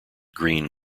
green